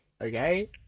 okay